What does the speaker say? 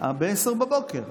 -- ב-10:00.